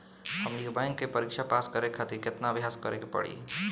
हमनी के बैंक के परीक्षा पास करे खातिर केतना अभ्यास करे के पड़ी?